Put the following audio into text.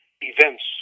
events